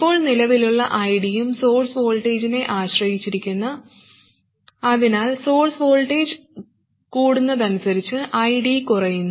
ഇപ്പോൾ നിലവിലുള്ള ID യും സോഴ്സ് വോൾട്ടേജിനെ ആശ്രയിച്ചിരിക്കുന്നു അതിനാൽ സോഴ്സ് വോൾട്ടേജ് കൂടുന്നതിനനുസരിച്ച് ID കുറയുന്നു